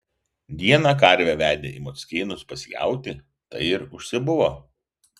dieną karvę vedė į mockėnus pas jautį tai ir užsibuvo